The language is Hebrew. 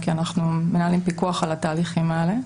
כי אנחנו מנהלים פיקוח על התהליכים האלה.